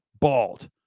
bald